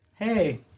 Hey